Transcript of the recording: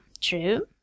true